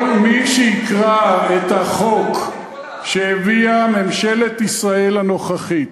כל מי שיקרא את החוק שהביאה ממשלת ישראל הנוכחית